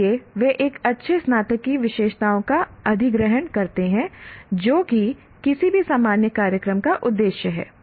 इसलिए वे एक अच्छे स्नातक की विशेषताओं का अधिग्रहण करते हैं जो कि किसी भी सामान्य कार्यक्रम का उद्देश्य है